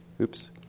Oops